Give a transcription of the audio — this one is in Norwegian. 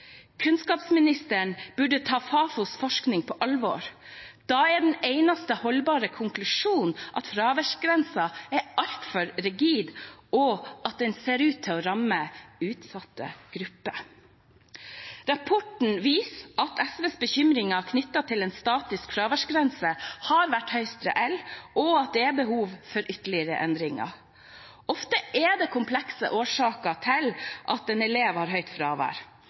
Kunnskapsministeren burde ta Fafos forskning på alvor. Da er den eneste holdbare konklusjonen at fraværsgrensen er altfor rigid, og at den ser ut til å ramme utsatte grupper. Rapporten viser at SVs bekymringer knyttet til en statisk fraværsgrense har vært høyst reell, og at det er behov for ytterligere endringer. Ofte er det komplekse årsaker til at en elev har høyt fravær.